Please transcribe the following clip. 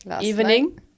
evening